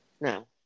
No